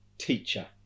Teacher